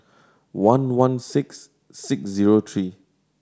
one one six six zero tree